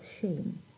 shame